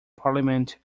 parliament